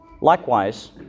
Likewise